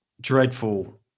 dreadful